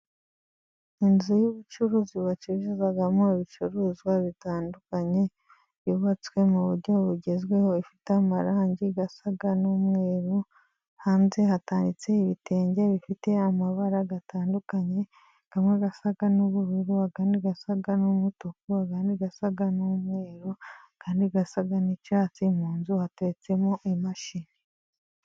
Inzu y'ubucuruzi bacuruzamo ibicuruzwa bitandukanye, yubatswe mu buryo bugezweho ifite amarangi asa n'umweru, hanze hatanditse ibitenge bifite amabara atandukanye, amwe asa n'ubururu, andi asa n'umutuku, andi asa n'umweru, andi asa n'icyatsi, mu nzu hateretsemo imashini.